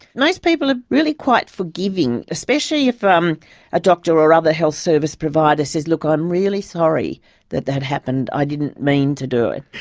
most people are really quite forgiving, especially if um a doctor or other health service provider says, look, i'm really sorry that that happened. i didn't mean to do it.